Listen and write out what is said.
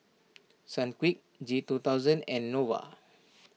Sunquick G two thousand and Nova